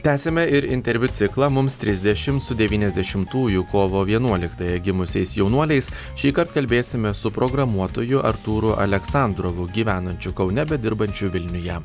tęsiame ir interviu ciklą mums trisdešimt su devyniasdešimtųjų kovo vienuoliktąją gimusiais jaunuoliais šįkart kalbėsime su programuotoju artūru aleksandrovu gyvenančiu kaune bet dirbančiu vilniuje